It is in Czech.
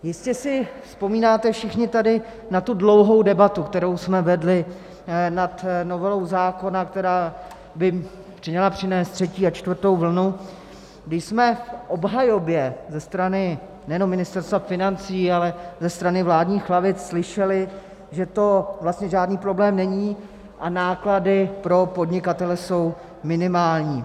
Jistě si vzpomínáte všichni tady na tu dlouhou debatu, kterou jsme vedli nad novelou zákona, která by měla přinést třetí a čtvrtou vlnu, když jsme v obhajobě ze strany nejenom Ministerstva financí, ale ze strany vládních lavic slyšeli, že to vlastně žádný problém není a náklady pro podnikatele jsou minimální.